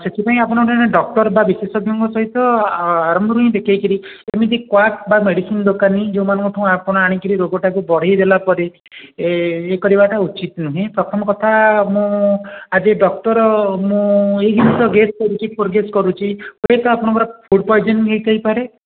ସେଥିପାଇଁ ଆପଣ ଗୋଟେ ଡକ୍ଟର୍ ବା ବିଶେଷଜ୍ଞ ସହିତ ଆରମ୍ଭରୁ ହିଁ ଦେଖେଇ କିରି ଏମିତି କ୍ୱାକ୍ ବା ମେଡ଼ିସିନ୍ ଦୋକାନୀ ଯେଉଁମାନଙ୍କଠୁ ଆପଣ ଆଣିକିରି ରୋଗଟାକୁ ବଢ଼େଇ ଦେଲା ପରି ଇଏ କରିବାଟା ଉଚିତ୍ ନୁହେଁ ପ୍ରଥମ କଥା ମୁଁ ଆଜ୍ ଏ ଡକ୍ଟର୍ ମୁଁ ଏଇ ଜିନିଷ ଗେସ୍ କରୁଛି ପ୍ରୋଗ୍ରେସ୍ କରୁଛି ହୁଏ ତ ଆପଣଙ୍କର ଫୁଡ଼୍ ପଏଜନ୍ ହେଇ ଥାଇପାରେ